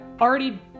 already